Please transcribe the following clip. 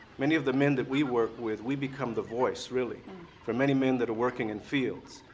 many of the men that we work with, we become the voice really for many men that are working in fields,